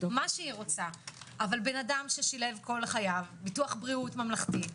אבל אדם ששילם כל חייו ביטוח בריאות ממלכתי,